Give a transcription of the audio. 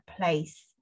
place